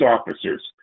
officers